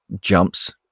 jumps